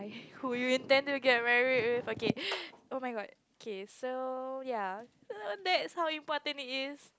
who you intend to get married with okay oh-my-god K so ya so that's how important it is